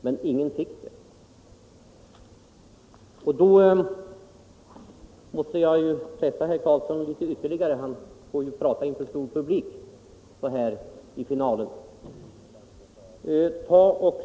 Men ingen fick det. Med tanke på detta måste jag pressa herr Karlsson ytterligare. Han får ju tala inför stor publik så här i finalen av debatten.